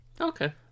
Okay